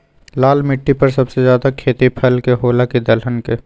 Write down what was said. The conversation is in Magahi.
लाल मिट्टी पर सबसे ज्यादा खेती फल के होला की दलहन के?